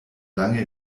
lange